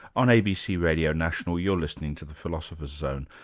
on abc radio national, you're listening to the philosopher's zone,